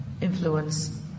influence